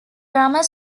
drummer